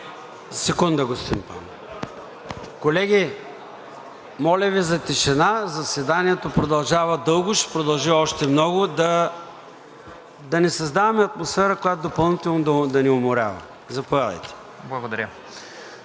Секунда, господин Пандов. Колеги, моля Ви за тишина! Заседанието продължава дълго и ще продължи още много. Да не създаваме атмосфера, която допълнително да ни уморява. Заповядайте. ВАСИЛ